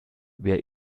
wer